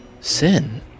sin